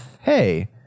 hey